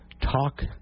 talk